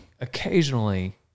occasionally